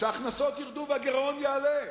שההכנסות ירדו והגירעון יגדל.